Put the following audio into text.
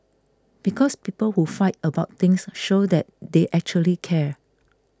because people who fight about things show that they actually care